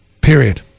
Period